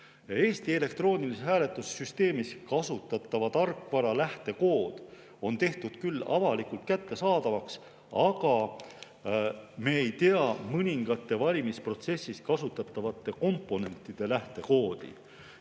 Eesti elektroonilises hääletussüsteemis kasutatava tarkvara lähtekood on küll tehtud avalikult kättesaadavaks, aga me ei tea mõningate valimisprotsessis kasutatavate komponentide lähtekoodi.